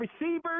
receivers